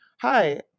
hi